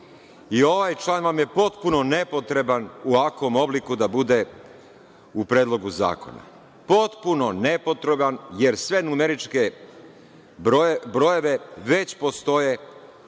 ovaj član vam je potpuno nepotreban u ovakvom obliku da bude u predlogu zakona. Potpuno nepotreban, jer svi numerički brojevi već postoje